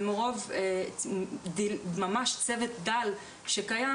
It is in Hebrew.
ומרוב צוות מאוד דל שקיים